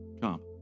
Come